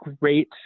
Great